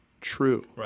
true